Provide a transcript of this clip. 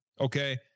okay